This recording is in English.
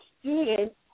students